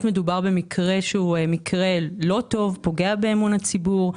מדובר במקרה שהוא מקרה לא טוב, פוגע באמון הציבור,